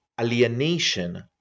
alienation